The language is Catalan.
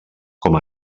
com